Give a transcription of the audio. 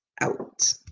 out